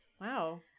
Wow